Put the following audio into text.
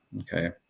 Okay